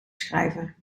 schrijven